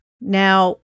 Now